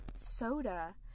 soda